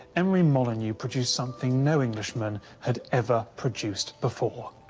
emery molyneux produced something no englishman had ever produced before.